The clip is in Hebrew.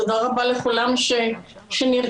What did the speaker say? תודה רבה לכולם שנרתמו,